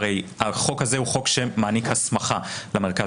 הרי החוק הזה הוא חוק שמעניק הסמכה למרכז